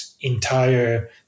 entire